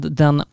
den